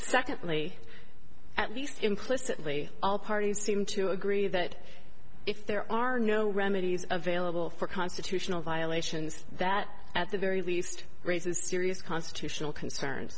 secondly at least implicitly all parties seem to agree that if there are no remedies available for constitutional violations that at the very least raises serious constitutional concerns